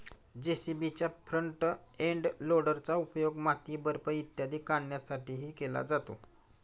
जे.सी.बीच्या front end लोडरचा उपयोग माती, बर्फ इत्यादी काढण्यासाठीही केला जातो